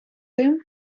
тим